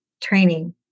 training